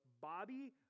Bobby